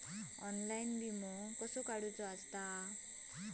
Online विमो कसो काढायचो?